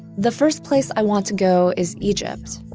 the first place i want to go is egypt.